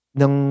ng